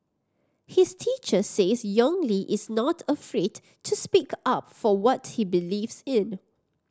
his teacher says Yong Li is not afraid to speak up for what he believes in